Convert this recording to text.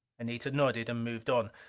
anita nodded and moved on.